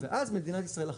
ואז מדינת ישראל אחראית.